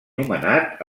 nomenat